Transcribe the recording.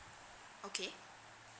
okay